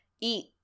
eat